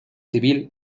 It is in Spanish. civil